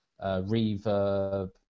reverb